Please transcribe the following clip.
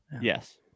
Yes